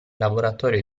laboratorio